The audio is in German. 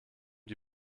die